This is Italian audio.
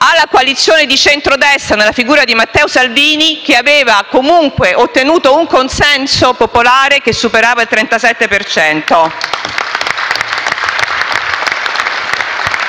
alla coalizione di centrodestra, nella figura di Matteo Salvini, che aveva comunque ottenuto un consenso popolare che superava il 37